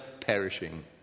perishing